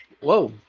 whoa